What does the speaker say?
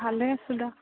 ভালে আছোঁ দক